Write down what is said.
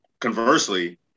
Conversely